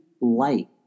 light